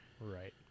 right